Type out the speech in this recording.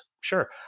sure